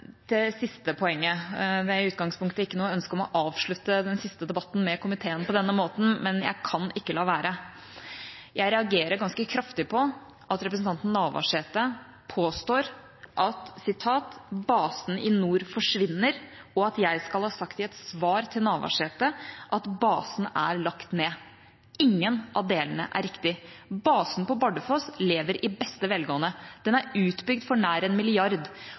det siste poenget. Det er i utgangspunktet ikke noe ønske om å avslutte den siste debatten med komiteen på denne måten, men jeg kan ikke la være. Jeg reagerer ganske kraftig på at representanten Navarsete påstår at basen i nord forsvinner, og at jeg skal ha sagt i et svar til Navarsete at basen er lagt ned. Ingen av delene er riktig. Basen på Bardufoss lever i beste velgående. Den er utbygd for nær 1 mrd. kr. Om kort tid skal også en